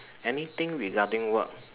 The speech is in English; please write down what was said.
anything regarding work